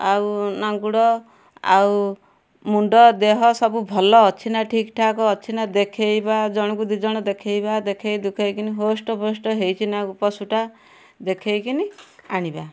ଆଉ ନାଙ୍ଗୁଡ଼ ଆଉ ମୁଣ୍ଡ ଦେହ ସବୁ ଭଲ ଅଛି ନା ଠିକଠାକ ଅଛି ନା ଦେଖେଇବା ଜଣକୁ ଦୁଇଜଣ ଦେଖାଇବା ଦେଖାଇ ଦୁଖାଇକିନି ହୋଷ୍ଟ ଫୋଷ୍ଟ ହେଇଛି ନା ପଶୁଟା ଦେଖେଇକିନି ଆଣିବା